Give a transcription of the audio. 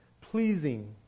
pleasing